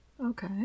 Okay